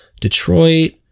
Detroit